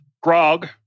Grog